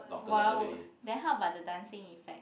!wow! then how about the dancing effect